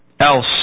else